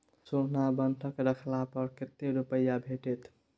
सोना बंधक रखला पर कत्ते रुपिया भेटतै?